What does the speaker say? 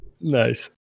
Nice